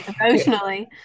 emotionally